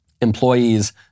Employees